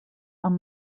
amb